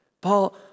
Paul